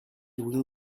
will